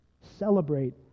Celebrate